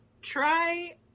try